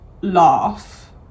laugh